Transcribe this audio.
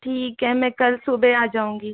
ठीक है मैं कल सुबह का जाऊँगी